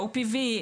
OPV?